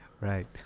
Right